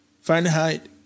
Fahrenheit